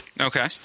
Okay